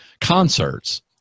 concerts